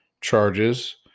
charges